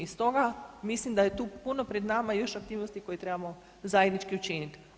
Stoga mislim da je tu puno pred nama još aktivnosti koje trebamo zajednički učinit.